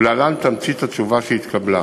ולהלן תמצית התשובה שהתקבלה: